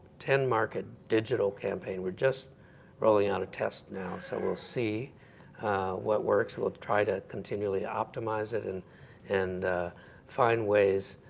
ten market, and digital campaign. we're just rolling out a test now, so we'll see what works. we'll try to continually optimize it and and find ways